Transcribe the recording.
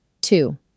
Two